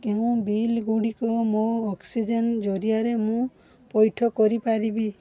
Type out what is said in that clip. କେଉଁ ବିଲ୍ଗୁଡ଼ିକ ମୋ ଅକ୍ସିଜେନ୍ ଜରିଆରେ ମୁଁ ପଇଠ କରିପାରିବି